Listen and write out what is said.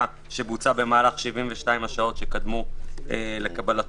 שבוצעה במהלך 72 השעות שקדמו לקבלתו,